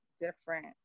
different